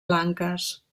blanques